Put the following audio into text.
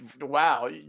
Wow